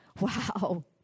Wow